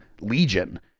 Legion